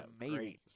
amazing